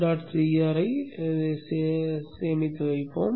cir ஆக சேமிப்போம்